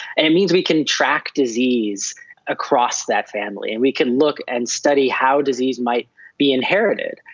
and it means we can track disease across that family, and we can look and study how disease might be inherited.